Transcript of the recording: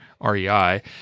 REI